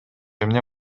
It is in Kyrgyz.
эмне